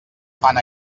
fan